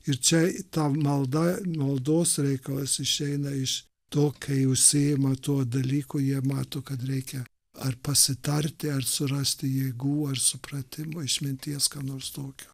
ir čia ta malda maldos reikalas išeina iš to kai užsiima tuo dalyku jie mato kad reikia ar pasitarti ar surasti jėgų ar supratimo išminties ką nors tokio